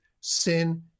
sin